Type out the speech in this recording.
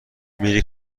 میری